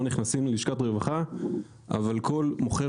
מדובר באנשים שלא נכנסים ללשכת הרווחה אבל כל מוכר